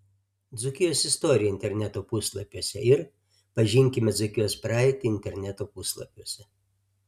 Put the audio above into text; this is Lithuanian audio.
dzūkijos istorija interneto puslapiuose ir pažinkime dzūkijos praeitį interneto puslapiuose